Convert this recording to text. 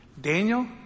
Daniel